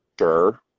sure